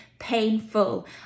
painful